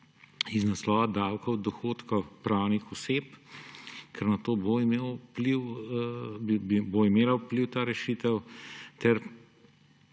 iz naslova davkov od dohodkov pravnih oseb, ker na to bo imela ta rešitev